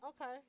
Okay